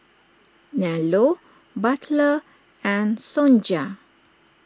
Nello Butler and Sonja